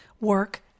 work